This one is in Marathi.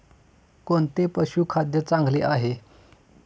कोणते पशुखाद्य चांगले आहे?